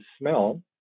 smell